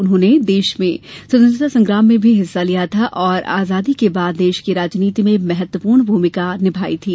उन्होंने देश के स्वतंत्रता संग्राम में भी हिस्सा लिया था और आजादी के बाद देश की राजनीति में महत्वपूर्ण भूमिका अदा की थी